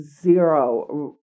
zero